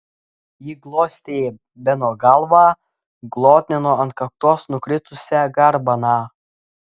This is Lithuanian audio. ji glostė beno galvą glotnino ant kaktos nukritusią garbaną